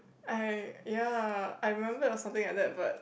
I ya I remember it was something like that but